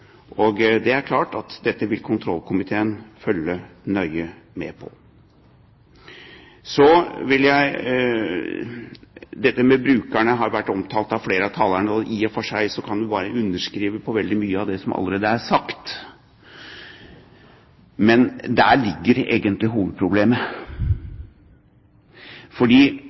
videre. Det er klart at dette vil kontrollkomiteen følge nøye med på. Dette med brukerne har vært omtalt av flere av talerne, og i og for seg kan vi bare underskrive på veldig mye av det som allerede er sagt. Men der ligger egentlig hovedproblemet.